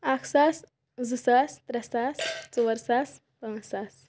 اکھ ساس زٕ ساس ترٛےٚ ساس ژور ساس پانٛژھ ساس